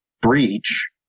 breach